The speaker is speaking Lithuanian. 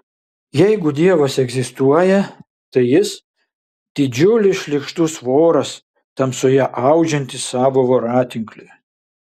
jeigu dievas egzistuoja tai jis didžiulis šlykštus voras tamsoje audžiantis savo voratinklį